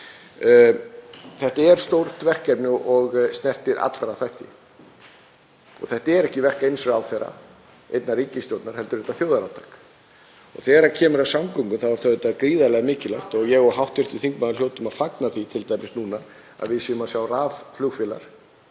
Þetta er stórt verkefni og snertir alla þætti. Þetta er ekki verk eins ráðherra, einnar ríkisstjórnar, heldur þetta þjóðarátak. Þegar kemur að samgöngum er auðvitað gríðarlega mikilvægt, og ég og hv. þingmaður hljótum að fagna því t.d. núna, að við séum að sjá rafflugvélar